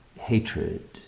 hatred